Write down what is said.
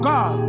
God